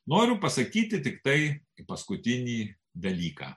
noriu pasakyti tiktai paskutinį dalyką